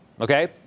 okay